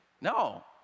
no